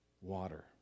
water